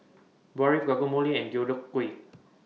Barfi Guacamole and Deodeok Gui